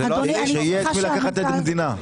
שיהיה את מי לקחת עד מדינה.